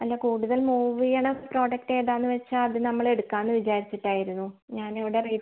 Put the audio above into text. അല്ല കൂടുതൽ മൂവ് ചെയ്യണ പ്രോഡക്റ്റേതാന്ന് വെച്ചാൽ അത് നമ്മളെടുക്കാന്ന് വിചാരിച്ചിട്ടായിരുന്നു ഞാനിവിടെ